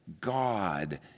God